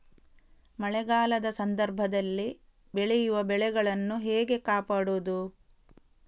ಮಳೆಗಾಲದ ಸಂದರ್ಭದಲ್ಲಿ ಬೆಳೆಯುವ ಬೆಳೆಗಳನ್ನು ಹೇಗೆ ಕಾಪಾಡೋದು?